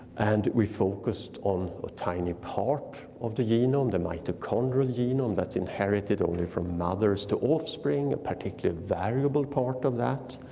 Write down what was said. and we focused on a tiny part of the genome, the mitochondrial genome that's inherited only from mothers to offspring, a particular variable part of that.